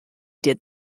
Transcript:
did